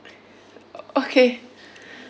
okay